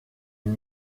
une